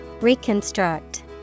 Reconstruct